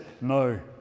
no